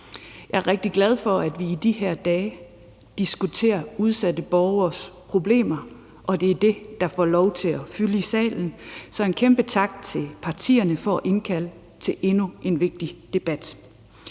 Jeg er rigtig glad for, at vi i de her dage diskuterer udsatte borgeres problemer, og at det er det, der får lov til at fylde i salen. Så en kæmpe tak til partierne for at indkalde til endnu en vigtig debat.